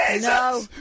No